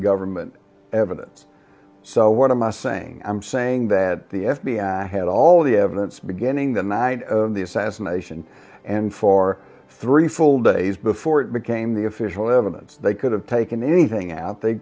government evidence so what am i saying i'm saying that the f b i had all the evidence beginning the night of the assassination and for three full days before it became the official evidence they could have taken anything app they